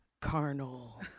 Carnal